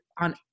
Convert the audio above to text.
on